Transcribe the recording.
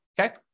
okay